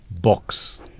box